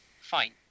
Fine